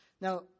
Now